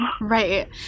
Right